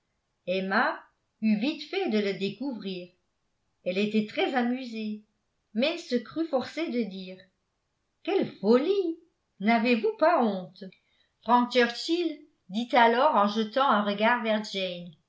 emma eut vite fait de le découvrir elle était très amusée mais se crut forcée de dire quelle folie n'avez-vous pas honte frank churchill dit alors en jetant un regard vers